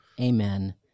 Amen